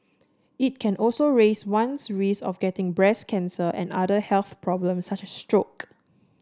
it can also raise one's risk of getting breast cancer and other health problems such as stroke